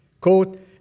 Quote